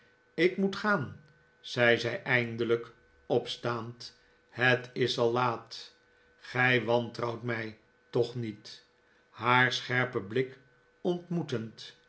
ik moet gaan zei zij eindelijk opstaand r het is al laat gij wantrouwt mij toch niet haar scherpen blik ontmoetend